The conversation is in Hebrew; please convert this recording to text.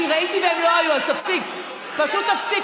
אני ראיתי, והם לא היו, אז תפסיק, פשוט תפסיק.